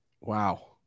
wow